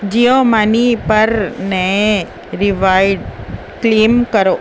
Jio money پر نئے reward claim کرو